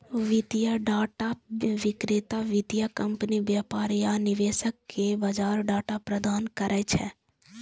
वित्तीय डाटा विक्रेता वित्तीय कंपनी, व्यापारी आ निवेशक कें बाजार डाटा प्रदान करै छै